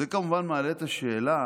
זה כמובן מעלה את השאלה: